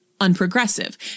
unprogressive